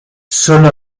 sólo